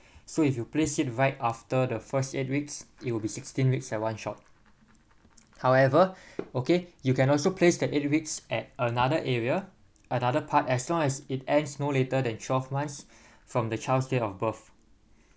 so if you place it right after the first eight weeks it'll be sixteen weeks at one shot however okay you can also place that eight weeks at another area another part as long as it ends no later than twelve months from the child's date of birth